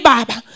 Baba